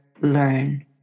learn